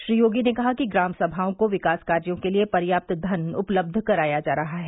श्री योगी ने कहा कि ग्राम सभाओं को विकास कार्यों के लिए पर्याप्त धन उपलब्ध कराया जा रहा है